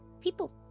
People